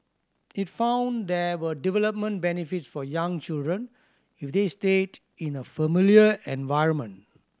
it found there were developmental benefits for young children if they stayed in a familiar environment